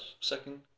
Second